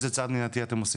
איזה צעד מניעתי אתם עושים?